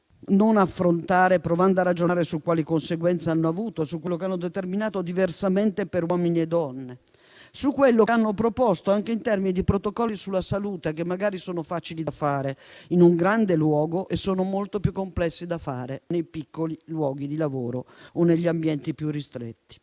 non affrontare provando a ragionare su quali conseguenze hanno avuto, su cosa hanno determinato diversamente per uomini e donne e su quello che hanno proposto, anche in termini di protocolli sulla salute, che magari sono facili da fare in un grande luogo e molto più complessi nei piccoli luoghi di lavoro o negli ambienti più ristretti.